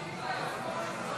ההצבעה: 51 בעד,